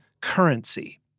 currency